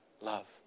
love